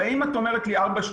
הרי את אומרת לי 4.2ב,